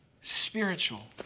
spiritual